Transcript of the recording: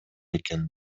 экен